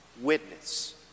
witness